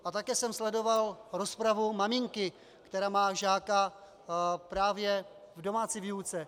A také jsem sledoval rozpravu maminky, která má žáka právě v domácí výuce.